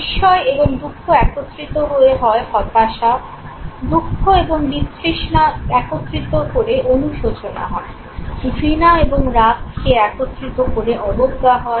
বিস্ময় এবং দুঃখ একত্রিত হয়ে হয় হতাশা দুঃখ এবং বিতৃষ্ণা একত্রিত করে অনুশোচনা হয় ঘৃণা এবং রাগকে একত্রিত করে অবজ্ঞা হয়